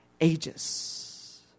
ages